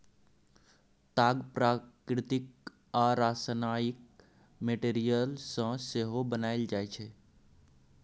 ताग प्राकृतिक आ रासायनिक मैटीरियल सँ सेहो बनाएल जाइ छै